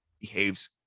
behaves